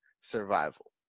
survival